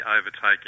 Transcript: overtaking